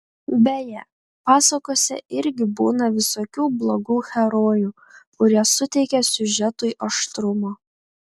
beje pasakose irgi būna visokių blogų herojų kurie suteikia siužetui aštrumo